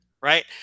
right